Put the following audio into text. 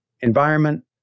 environment